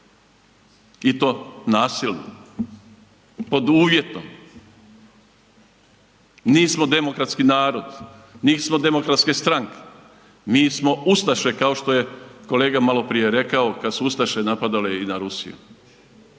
i to nasilno pod uvjetom, nismo demokratski narod, nismo demokratske stranke, mi smo ustaše kao što je kolega maloprije rekao kad su ustaše napadale i na Rusiju.